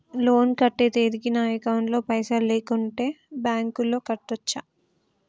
Loan కట్టే తేదీకి నా అకౌంట్ లో పైసలు లేకుంటే బ్యాంకులో కట్టచ్చా?